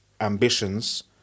ambitions